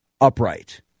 upright